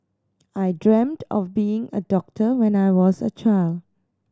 I dreamt of becoming a doctor when I was a child